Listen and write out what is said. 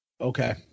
Okay